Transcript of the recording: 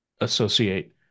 associate